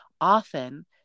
often